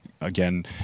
again